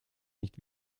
nicht